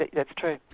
ah that's true.